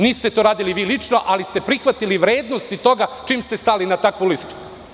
Niste vi lično radili, ali ste prihvatili vrednosti toga čim ste stali na takvu listu.